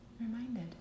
reminded